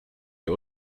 ihr